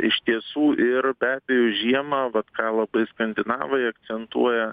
iš tiesų ir be abejo žiemą vat ką labai skandinavai akcentuoja